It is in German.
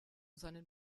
seinen